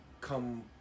come